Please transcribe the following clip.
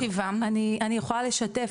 אני יכולה לשתף,